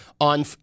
on